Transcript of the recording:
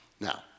Now